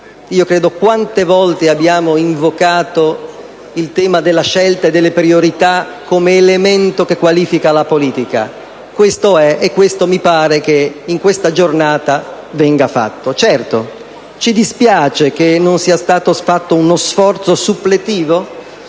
Quante volte, però, si è invocato il tema della scelta e delle priorità come elemento che qualifica la politica? Questo è, e questo mi pare che in questa giornata venga fatto. Certo, ci dispiace che non sia stato fatto uno sforzo suppletivo.